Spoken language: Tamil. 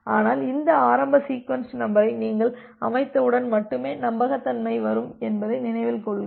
ஆனால் இந்த ஆரம்ப சீக்வென்ஸ் நம்பரை நீங்கள் அமைத்தவுடன் மட்டுமே நம்பகத்தன்மை வரும் என்பதை நினைவில் கொள்க